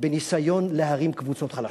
בניסיון להרים קבוצות חלשות.